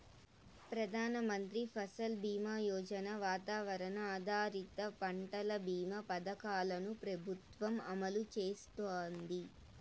ప్రధాన మంత్రి ఫసల్ బీమా యోజన, వాతావరణ ఆధారిత పంటల భీమా పథకాలను ప్రభుత్వం అమలు చేస్తాంది